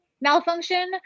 malfunction